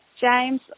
James